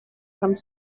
come